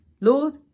Lord